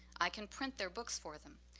i can print their books for them.